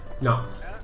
Nuts